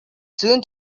soon